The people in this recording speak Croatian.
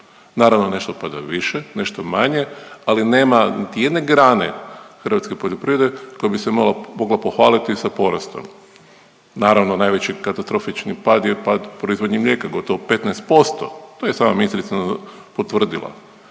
Naravno nešto opada više, nešto manje ali nema niti jedne grane hrvatske poljoprivrede koja bi se malo mogla pohvaliti sa porastom. Naravno najveći katastrofični pad je pad proizvodnje mlijeka, gotovo 15%. To je sama ministrica potvrdila.